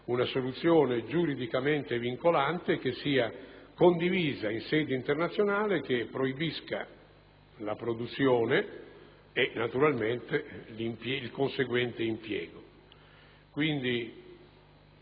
una soluzione giuridicamente vincolante, condivisa in sede internazionale, che proibisca la produzione e naturalmente il conseguente impiego